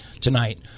tonight